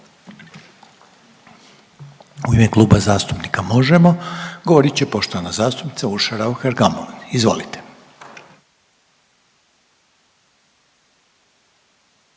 U ime Kluba zastupnika Možemo! govorit će poštovana zastupnica Urša Raukar Gamulin. Izvolite.